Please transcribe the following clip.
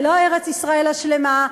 זה לא ארץ-ישראל השלמה,